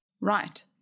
Right